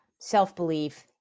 self-belief